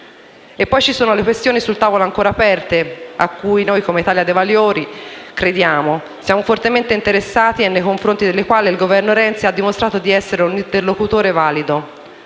E poi ci sono questioni sul tavolo ancora aperte, cui, come Italia dei Valori, crediamo e siamo fortemente interessati e nei confronti delle quali il Governo Renzi ha dimostrato di essere un interlocutore valido: